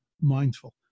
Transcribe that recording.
mindful